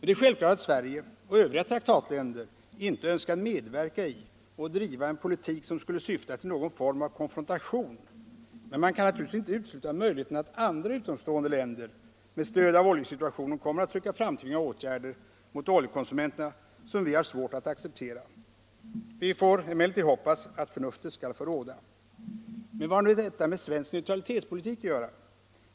Det är självklart att Sverige — och övriga traktatländer — inte önskar medverka i och driva en politik som skulle syfta till någon form av konfrontation, men man kan naturligtvis inte utesluta möjligheten att andra, utomstående länder med stöd av oljesituationen kommer att söka framtvinga åtgärder mot oljekonsumenterna som vi har svårt att acceptera. Vi måste emellertid hoppas att förnuftet skall få råda. Men vad har nu detta med svensk neutralitetspolitik att göra?